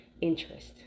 Interest